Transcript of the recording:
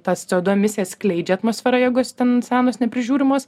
tas co du emisijas skleidžia atmosferoj jeigu jos ten senos neprižiūrimos